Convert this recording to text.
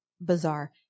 Bizarre